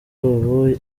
ubu